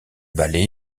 ballet